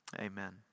amen